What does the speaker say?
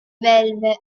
belve